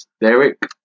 Derek